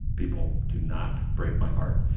people do not break my heart.